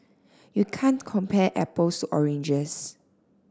you can't compare apples to oranges